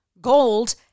Gold